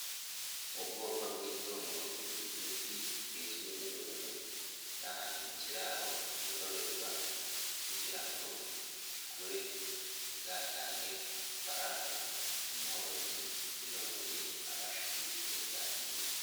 Ubwoko bw'itungo rigufi rizwi n'ingurube riri ahantu mu kiraro yororerwa kugira ngo ikure izatange amafaranga umworozi yoroye abashe kwiteza imbere.